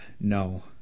no